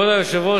כבוד היושב-ראש,